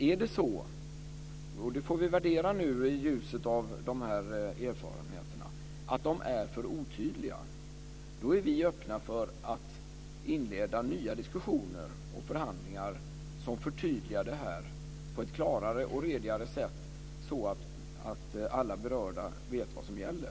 Är det så - och det får vi värdera nu i ljuset av dessa erfarenheter - att de är för otydliga är vi öppna för att inleda nya diskussioner och förhandlingar som förtydligar reglerna på ett klarare och redigare sätt så att alla berörda vet vad som gäller.